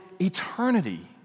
eternity